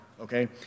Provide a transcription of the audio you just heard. okay